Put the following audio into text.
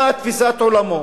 מה תפיסת עולמו.